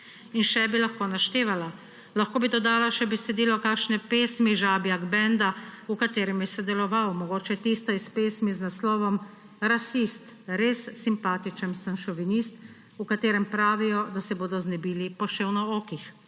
In še bi lahko naštevala. Lahko bi dodala še besedilo kakšne pesmi Žabjak benda, v katerem je sodeloval, mogoče tisto iz pesmi z naslovom Rasist: »Res simpatičen sem šovinist«, v katerem pravijo, da se bodo znebili poševnookih.